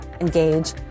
engage